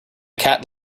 cat